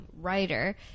writer